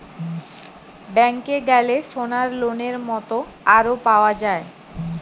ব্যাংকে গ্যালে সোনার লোনের মত আরো পাওয়া যায়